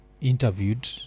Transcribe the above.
interviewed